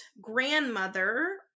grandmother